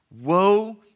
Woe